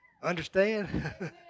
understand